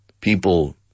People